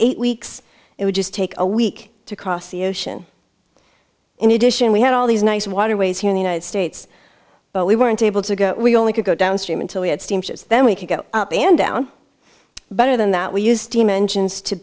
eight weeks it would just take a week to cross the ocean in addition we had all these nice waterways here in the united states but we weren't able to go we only could go downstream until we had steamships then we could go up and down better than that we used